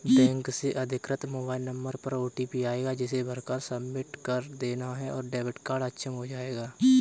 bank से अधिकृत mobile number पर ओटीपी आएगा जिसे भरकर सबमिट कर देना है और डेबिट कार्ड अक्षम हो जाएगा